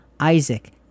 Isaac